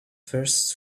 first